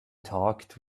talked